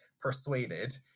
persuaded